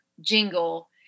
jingle